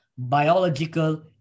biological